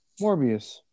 Morbius